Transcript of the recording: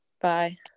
Bye